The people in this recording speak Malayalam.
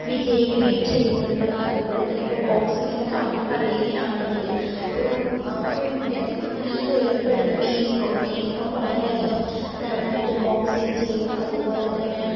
വിജയിക്കുകയും ചെയ്യുന്നുണ്ട് അതുപോലെ തന്നെ ഇപ്പം ബോക്സിങ്ങിന്റെ കാര്യം പറയുകയാണെങ്കിൽ ഒരു പെൺകുട്ടി അല്ലെങ്കിൽ സ്ത്രീയിൽ ഏർപ്പെടുന്ന മേരി ക്കോം മേരി ക്കോം വളരെയധികം നന്നായിട്ട് ബോക്സിങ് ചെയ്യും അതുപോലെ തന്നെ